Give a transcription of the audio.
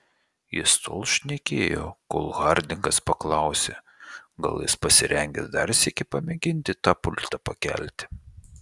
jis tol šnekėjo kol hardingas paklausė gal jis pasirengęs dar sykį pamėginti tą pultą pakelti